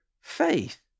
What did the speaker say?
faith